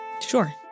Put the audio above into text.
Sure